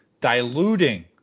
diluting